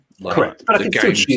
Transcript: Correct